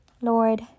Lord